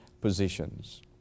positions